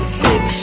fix